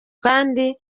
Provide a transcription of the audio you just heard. kandi